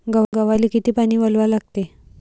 गव्हाले किती पानी वलवा लागते?